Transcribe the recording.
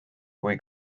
kui